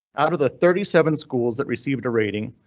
out of the thirty seven schools that received a rating,